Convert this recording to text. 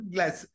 Glass